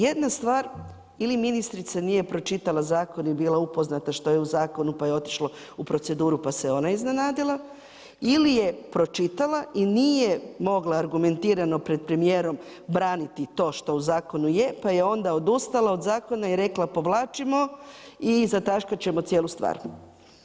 Jedna stvar ili ministrica nije pročitala zakon i nije bila upoznata što je u zakonu pa je otišlo u proceduru pa se ona iznenadila ili je pročitala i nije mogla argumentirano pred premijerom braniti to što u zakonu je pa je onda odustala od zakona i rekla povlačimo i zataškat ćemo cijelu stvar.